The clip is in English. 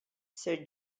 sir